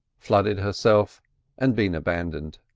flooded herself and been abandoned.